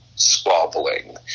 squabbling